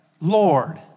Lord